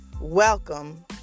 Welcome